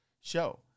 show